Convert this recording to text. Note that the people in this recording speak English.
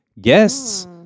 guests